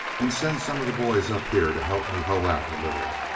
and send some of the boys up here to help me hoe out a little.